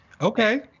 Okay